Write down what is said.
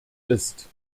ist